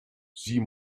sie